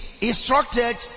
instructed